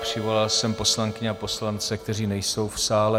Přivolal jsem poslankyně a poslance, kteří nejsou v sále.